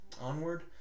Onward